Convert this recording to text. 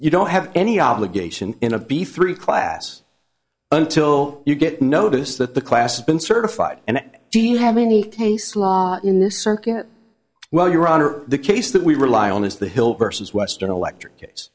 you don't have any obligation in a b through class until you get notice that the class has been certified and do you have any case law in this circuit well your honor the case that we rely on is the hill versus western electric case